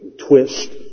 twist